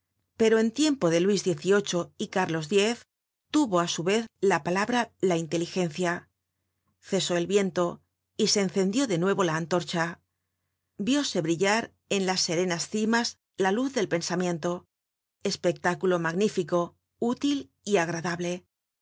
pero en tiempo de luis xviii y carlos x tuvo á su vez la palabra la inteligencia cesó el viento y se encendió de nuevo la antorcha vióse brillar en las serenas cimas la luz del pensamiento espectáculo magnífico útil y agradable